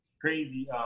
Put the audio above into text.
crazy